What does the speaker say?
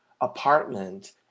apartment